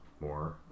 more